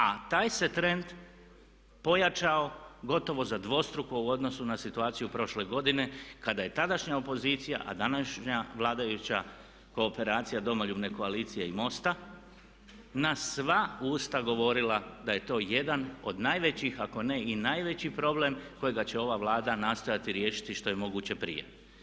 A taj se trend pojačao gotovo za dvostruko u odnosu na situaciju prošle godine kada je tadašnja opozicija a današnja vladajuća kooperacija Domoljubne koalicije i MOST-a na sva usta govorila da je to jedan od najvećih ako ne i najveći problem kojega će ova Vlada nastojati riješiti što je moguće prije.